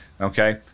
okay